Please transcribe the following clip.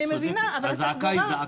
את צודקת, הזעקה היא זעקה.